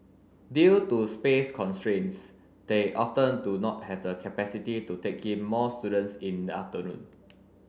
due to space constraints they often do not have the capacity to take in more students in the afternoon